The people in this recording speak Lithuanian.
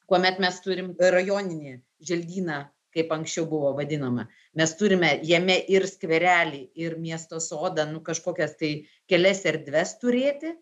kuomet mes turime rajoninį želdyną kaip anksčiau buvo vadinama mes turime jame ir skverelį ir miesto sodą nu kažkokias tai kelias erdves turėti